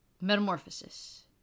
metamorphosis